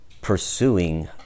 pursuing